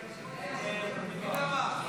50 בעד, 60 נגד.